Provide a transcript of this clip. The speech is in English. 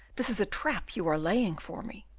this is a trap you are laying for me.